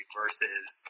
versus